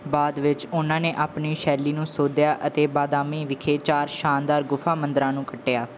ਬਾਅਦ ਵਿੱਚ ਉਨ੍ਹਾਂ ਨੇ ਆਪਣੀ ਸ਼ੈਲੀ ਨੂੰ ਸੋਧਿਆ ਅਤੇ ਬਾਦਾਮੀ ਵਿਖੇ ਚਾਰ ਸ਼ਾਨਦਾਰ ਗੁਫਾ ਮੰਦਰਾਂ ਨੂੰ ਕੱਟਿਆ